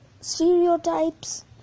stereotypes